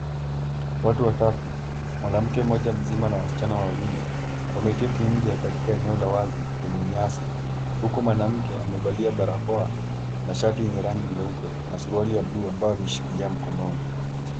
Watu watatu; mwanamke mmoja mzima na waschana wawili, wameketi nje katika eneo la wazi lenye nyasi huku mwanamke amevalia barakoa na shati yenye rangi nyeupe na suruali ya bluu ambayo ameshikilia mkononi.